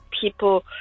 people